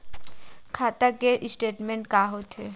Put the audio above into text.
खाता के स्टेटमेंट का होथे?